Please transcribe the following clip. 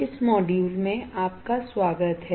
इस मॉड्यूल में आपका स्वागत है